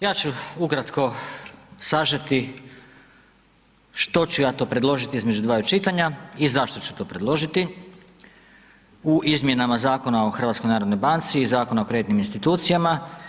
Ja ću ukratko sažeti što ću ja to predložiti između dva čitanja i zašto ću to predložiti u izmjenama Zakona o HNB-u i Zakona u kreditnim institucijama.